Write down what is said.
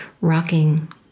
rocking